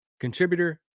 contributor